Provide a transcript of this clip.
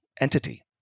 entity